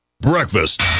Breakfast